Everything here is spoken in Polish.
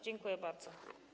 Dziękuję bardzo.